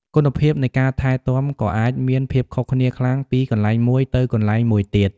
គុណភាពនៃការថែទាំក៏អាចមានភាពខុសគ្នាខ្លាំងពីកន្លែងមួយទៅកន្លែងមួយទៀត។